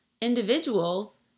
individuals